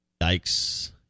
yikes